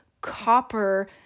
copper